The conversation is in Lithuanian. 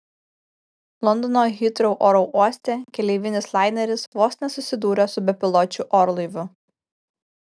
londono hitrou oro uoste keleivinis laineris vos nesusidūrė su bepiločiu orlaiviu